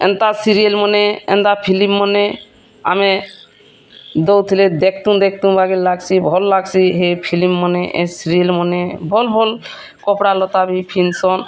ଏନ୍ତା ସିରିଏଲ୍ ମନେ ଏନ୍ତା ଫିଲ୍ମ ମନେ ଆମେ ଦେଉଥିଲେ ଦେଖତୁଁ ଦେଖତୁଁ ବାଗିର୍ ଲାଗସି ଭଲ୍ ଲାଗସି ହେ ଫିଲ୍ମ ମନେ ହେ ସିରିଏଲ୍ ମନେ ଭଲ୍ ଭଲ୍ କପଡ଼ା ଲତା ବି ପିନ୍ଧସନ୍